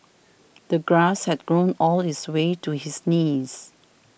the grass had grown all this way to his knees